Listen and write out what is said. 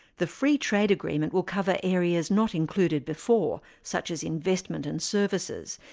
the free trade agreement will cover areas not included before, such as investment and services,